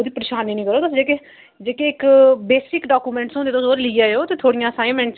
ओह्दी परेशानी निं करो तुस जेह्के जेह्के इक बेसिक डाकोमेंट होंदे न तुस ओह् लेई आएओ थुआढ़ियां असाइनमैंटा